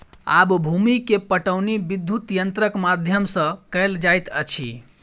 आब भूमि के पाटौनी विद्युत यंत्रक माध्यम सॅ कएल जाइत अछि